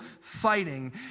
fighting